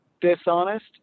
dishonest